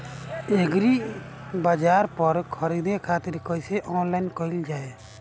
एग्रीबाजार पर खरीदे खातिर कइसे ऑनलाइन कइल जाए?